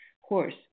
horse